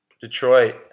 Detroit